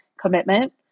commitment